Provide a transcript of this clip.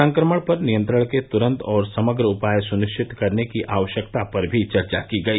संक्रमण पर नियंत्रण के तुरंत और समग्र उपाय सुनिश्चित करने की आवश्यकता पर भी चर्चा की गई